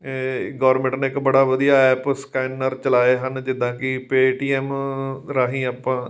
government ਨੇ ਇੱਕ ਬੜਾ ਵਧੀਆ ਐਪ ਸਕੈਨਰ ਚਲਾਏ ਹਨ ਜਿੱਦਾਂ ਕਿ ਪੇ ਟੀ ਐੱਮ ਰਾਹੀਂ ਆਪਾਂ